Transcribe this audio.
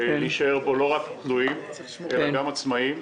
נישאר פה לא רק תלויים אלא גם עצמאיים,